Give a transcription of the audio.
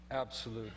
absolute